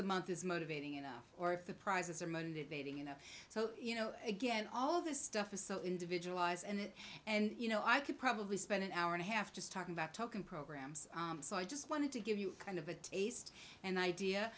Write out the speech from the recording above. a month is motivating enough or if the prizes are motivating you know so you know again all this stuff is so individualized and and you know i could probably spend an hour and a half just talking about talking programs so i just wanted to give you kind of a taste and idea